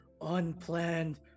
unplanned